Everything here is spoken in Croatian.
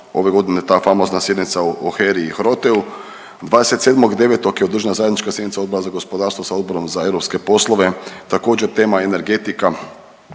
ove godine ta famozna sjednica o HERA-i i HROTE-u. 27.9. je održana zajednička sjednica Odbora za gospodarstvo sa Odborom za europske poslove. Također tema energetika.